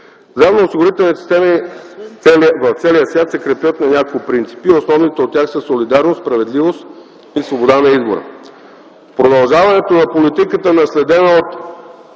Здравноосигурителните системи в целия свят се крепят на няколко принципа. Основните от тях са солидарност, справедливост и свобода на избора. Продължаването на политиката, наследена от